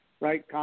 right